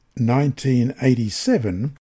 1987